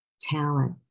talent